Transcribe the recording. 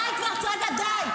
אל תשתמשי לצורך פוליטי.